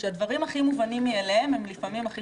שהדברים הכי מובנים מאליהם הם לפעמים הכי